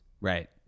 Right